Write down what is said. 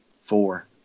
four